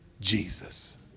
Jesus